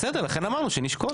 בסדר, לכן אמרנו שנשקול.